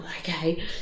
okay